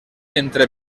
entre